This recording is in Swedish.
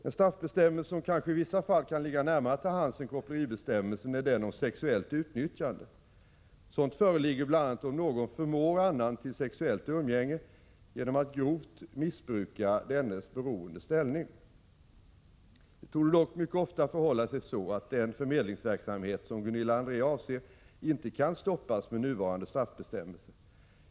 En straffbestämmelse som kanske i vissa fall kan ligga närmare till hands än koppleribestämmelsen är den om sexuellt utnyttjande. Sådant föreligger bl.a. om någon förmår annan till sexuellt umgänge genom att grovt missbruka dennes beroende ställning. Det torde dock mycket ofta förhålla sig så att den förmedlingsverksamhet som Gunilla André avser inte kan stoppas med nuvarande straffbestämmelser.